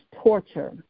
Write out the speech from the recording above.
torture